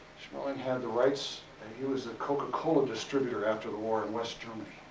schmeling had the rights, and he was a coca-cola distributor after the war, in west germany.